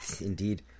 Indeed